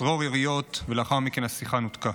צרור יריות, ולאחר מכן השיחה נותקה.